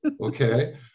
Okay